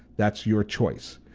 that's your choice.